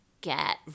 get